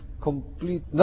complete